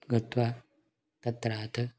गत्वा तत्रात्